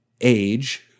age